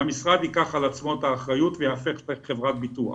שהמשרד ייקח על עצמו את האחריות וייהפך לחברת ביטוח.